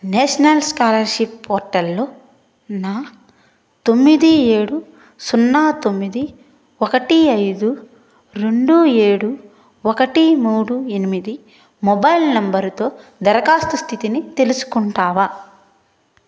national scholarship పోర్టల్లో నా తొమ్మిది ఏడు సున్నా తొమ్మిది ఒకటి ఐదు రెండు ఏడు ఒకటి మూడు ఎనిమిది మొబైల్ నంబరుతో దరఖాస్తు స్థితిని తెలుసుకుంటావా